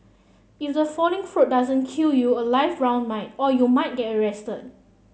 if the falling fruit doesn't kill you a live round might or you might get arrested